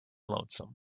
lonesome